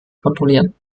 kontrollieren